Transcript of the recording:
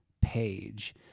page